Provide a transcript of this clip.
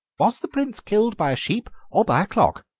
was the prince killed by a sheep or by a clock?